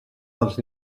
dels